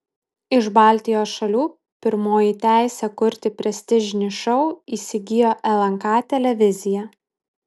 iš baltijos šalių pirmoji teisę kurti prestižinį šou įsigijo lnk televizija